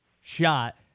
shot